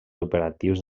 operatius